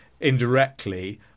indirectly